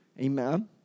Amen